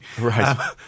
Right